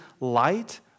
light